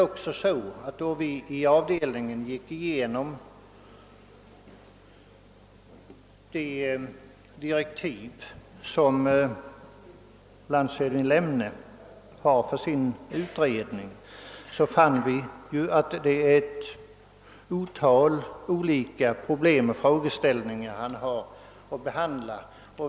Då vi i avdelningen gick igenom de direktiv som landshövding Lemne har fått för sin utredning fann vi emellertid att det är ett otal problem och frågeställningar som han har att behandla.